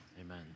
Amen